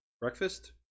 breakfast